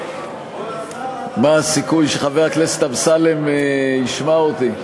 מה הסיכוי שחבר הכנסת אמסלם ישמע אותי?